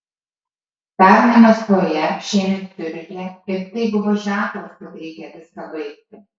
pernai maskvoje šiemet ciuriche ir tai buvo ženklas kad reikia viską baigti